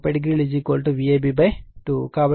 కాబట్టి Vp 2 VL 2